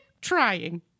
trying